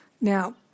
Now